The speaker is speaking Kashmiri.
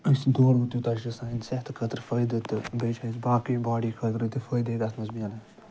أسۍ دورُن تیٛوٗتاہ چھُ سانہِ صحتہٕ خٲطرٕ فٲیِدٕ تہٕ بیٚیہِ چھِ اَسہِ باقٕے باڈی خٲطرٕ تہِ فٲیِدٕے تَتھ منٛز میلان